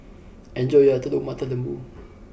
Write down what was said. enjoy your Telur Mata Lembu